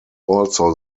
also